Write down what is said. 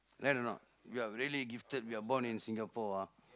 right or not we are really gifted we are born in Singapore ah